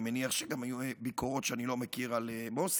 ואני מניח שגם היו ביקורות שאני לא מכיר על מוסי,